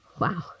Wow